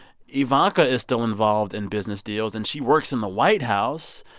ivanka is still involved in business deals, and she works in the white house.